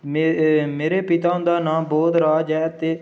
मे मेरे पिता हुंदा नां बोधराज ऐ ते